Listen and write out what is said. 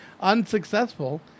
unsuccessful